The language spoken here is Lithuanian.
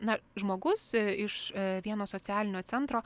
na žmogus iš vieno socialinio centro